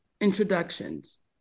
introductions